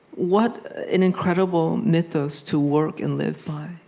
what an incredible mythos to work and live by,